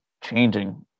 changing